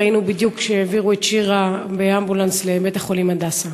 ראינו בדיוק שהעבירו את שירה באמבולנס לבית-החולים "הדסה".